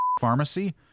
Pharmacy